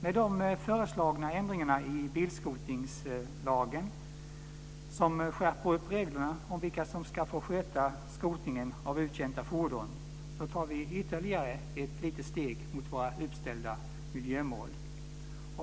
Med de föreslagna skärpningarna i bilskrotningslagen vad gäller vilka som ska få sköta skrotningen av uttjänta fordon tar vi ytterligare ett litet steg mot våra uppställda miljömål.